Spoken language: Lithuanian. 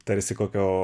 tarsi kokio